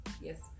yes